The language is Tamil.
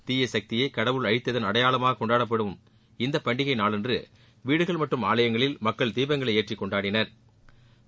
தீய சக்தியை கடவுள் அழித்ததன் அடையாளமாக கொண்டாடப்படும் வரும் இந்த பண்டிகை நாளன்று வீடுகள் மற்றும் ஆலயங்களில் மக்கள் தீபங்களை ஏற்றி கொண்டாடினா்